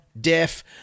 Deaf